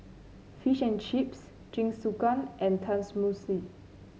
Fish and Chips Jingisukan and Tenmusu